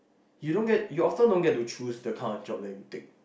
you don't get you often don't get to choose the kind of job that you take